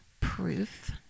proof